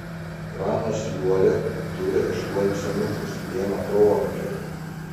pranas liuolia turi aštuonis anūkus vieną proanūkę